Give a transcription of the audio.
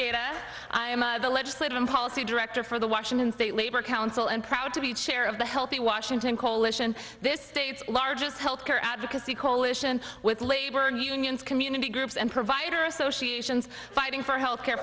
data i am the legislator and policy director for the washington state labor council and proud to be chair of the healthy washington coalition this state's largest health care advocacy coalition with labor unions community groups and provider associations fighting for health care